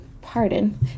Pardon